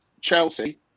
Chelsea